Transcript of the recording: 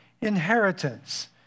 inheritance